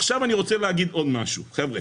עכשיו אני רוצה להגיד עוד משהו, חברה